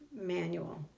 manual